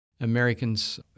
Americans